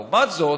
לעומת זאת,